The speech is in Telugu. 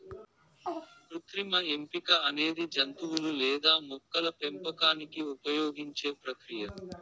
కృత్రిమ ఎంపిక అనేది జంతువులు లేదా మొక్కల పెంపకానికి ఉపయోగించే ప్రక్రియ